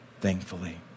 thankfully